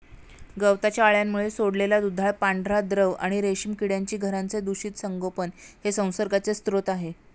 गवताच्या अळ्यांमुळे सोडलेला दुधाळ पांढरा द्रव आणि रेशीम किड्यांची घरांचे दूषित संगोपन हे संसर्गाचे स्रोत आहे